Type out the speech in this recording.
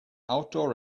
outdoor